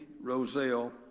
Roselle